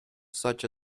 such